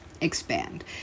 expand